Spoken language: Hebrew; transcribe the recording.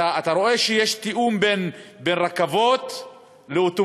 אתה רואה שיש תיאום בין רכבות לאוטובוסים,